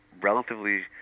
relatively